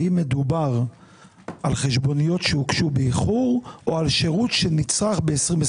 האם מדובר על חשבוניות שהוגשו באיחור או על שירות שנצרך ב-23',